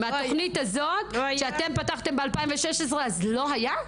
התוכנית הזאת, כשאתם פתחתם ב-2016 אז לא היה?